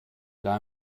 leih